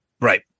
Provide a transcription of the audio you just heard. Right